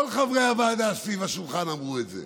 כל חברי הוועדה סביב השולחן אמרו את זה: